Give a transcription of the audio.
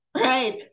right